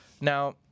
Now